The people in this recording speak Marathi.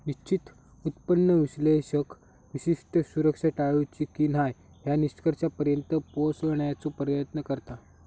निश्चित उत्पन्न विश्लेषक विशिष्ट सुरक्षा टाळूची की न्हाय या निष्कर्षापर्यंत पोहोचण्याचो प्रयत्न करता